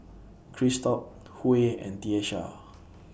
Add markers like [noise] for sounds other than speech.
Christop Huey and Tiesha [noise]